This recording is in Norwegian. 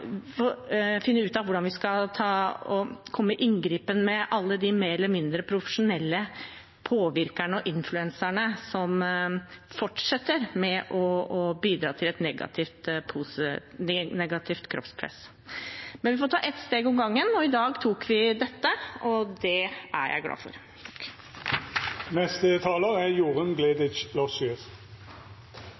finne ut av hvordan vi skal komme i inngrep med alle de mer eller mindre profesjonelle påvirkerne og influenserne som fortsetter å bidra til et negativt kroppspress. Men vi får ta ett steg om gangen, og i dag tok vi dette. Det er jeg glad for.